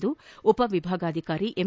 ಎಂದು ಉಪವಿಭಾಗಾಧಿಕಾರಿ ಎಂ